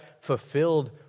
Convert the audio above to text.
fulfilled